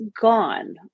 gone